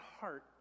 heart